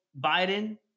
Biden-